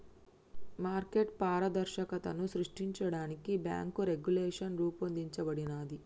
market పారదర్శకతను సృష్టించడానికి bank regulation రూపొందించబడినాది